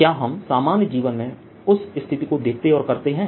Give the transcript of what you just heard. क्या हम सामान्य जीवन में उस स्थिति को देखते और करते हैं